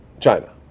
china